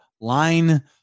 Line